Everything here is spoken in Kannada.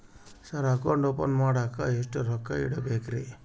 ಸರ್ ಅಕೌಂಟ್ ಓಪನ್ ಮಾಡಾಕ ಎಷ್ಟು ರೊಕ್ಕ ಇಡಬೇಕ್ರಿ?